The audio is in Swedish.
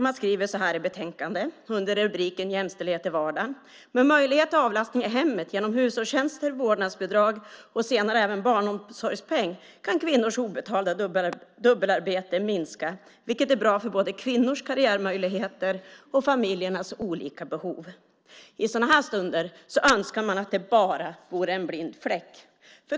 Man skriver så här i betänkandet om jämställdhet i vardagen: Med möjlighet till avlastning i hemmet genom hushållstjänster, vårdnadsbidrag och senare även barnomsorgspeng kan kvinnors obetalda dubbelarbete minska, vilket är bra för både kvinnors karriärmöjligheter och familjernas olika behov. I sådana här stunder önskar man att det bara vore en blind fläck.